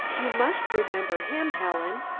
you must remember him, helen!